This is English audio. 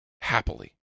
happily